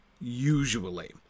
usually